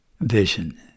vision